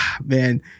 man